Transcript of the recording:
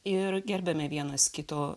ir gerbiame vienas kito